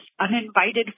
uninvited